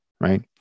Right